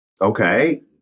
okay